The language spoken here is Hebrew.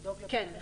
כן.